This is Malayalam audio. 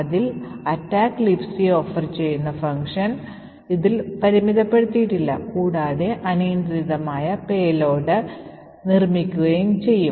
അതിൽ attack Libc offer ചെയ്യുന്ന ഫംഗ്ഷൻ ഇൽ പരിമിതപ്പെടുത്തിയിട്ടില്ല കൂടാതെ അനിയന്ത്രിതമായ ആയ പാലോട് പേലോഡ് നിർമ്മിക്കുകയും ചെയ്യും